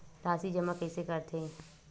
राशि जमा कइसे करथे?